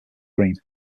cream